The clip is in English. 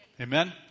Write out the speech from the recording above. Amen